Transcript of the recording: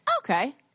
Okay